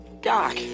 Doc